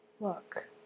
Look